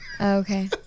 okay